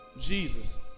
Jesus